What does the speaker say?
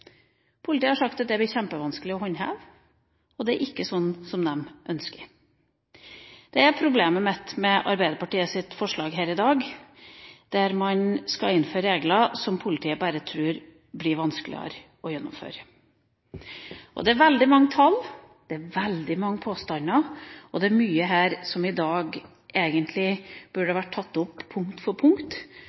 Politiet har sagt at det vil bli kjempevanskelig å håndheve, og det er ikke slik de ønsker det. Det er problemet mitt med Arbeiderpartiets forslag her i dag, der man skal innføre regler som politiet bare tror blir vanskeligere å gjennomføre. Det er veldig mange tall, det er veldig mange påstander, og det er mye her som egentlig burde vært tatt opp punkt for punkt,